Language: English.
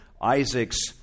Isaac's